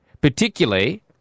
Particularly